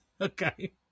Okay